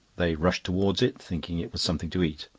they rushed towards it, thinking it was something to eat.